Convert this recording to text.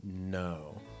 no